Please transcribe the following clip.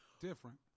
Different